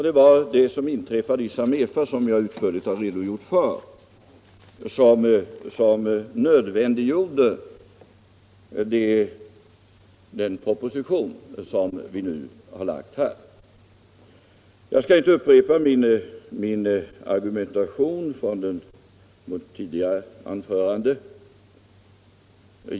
Det var vad som inträffade i Samefa, som jag utförligt redogjort för, som nödvändiggjorde den proposition som vi nu har lagt fram. Jag skall inte upprepa min argumentation från mitt tidigare anförande.